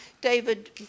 David